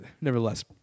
nevertheless